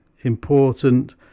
important